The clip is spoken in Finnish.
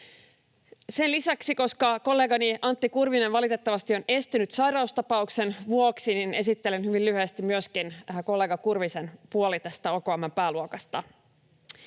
Sen lisäksi, koska kollegani Antti Kurvinen valitettavasti on estynyt sairaustapauksen vuoksi, esittelen hyvin lyhyesti myöskin kollega Kurvisen puolen tästä OKM:n pääluokasta.